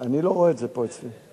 אני לא רואה את זה פה, אצלי.